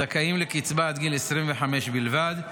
זכאים לקצבה עד גיל 25 בלבד,